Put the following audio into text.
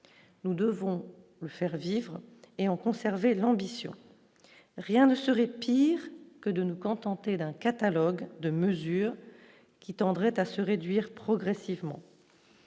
nous devons faire vivre et ont conservé l'ambition, rien ne serait pire que de nous contenter d'un catalogue de mesure qui tendrait à se réduire progressivement,